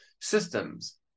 systems